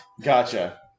Gotcha